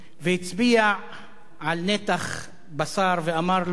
והצביע על נתח בשר ואמר לו: